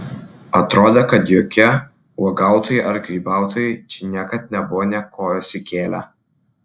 atrodė kad jokie uogautojai ar grybautojai čia niekad nebuvo nė kojos įkėlę